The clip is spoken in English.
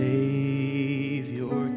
Savior